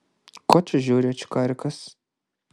ko čia žiūri ačkarikas